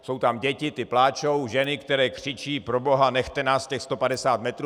Jsou tam děti, ty pláčou, ženy, které křičí: Proboha, nechte nás těch 150 metrů!